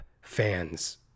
fans